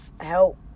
help